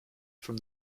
from